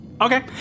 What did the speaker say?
Okay